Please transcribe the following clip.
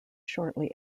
shortly